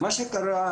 אני גרנית בן עזרא